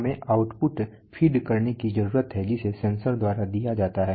हमें output feed करने की जरूरत है जिसे सेंसर द्वारा किया जाता है